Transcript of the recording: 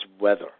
weather